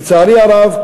לצערי הרב,